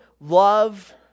love